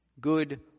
Good